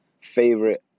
favorite